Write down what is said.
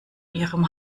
ihrem